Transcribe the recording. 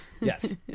Yes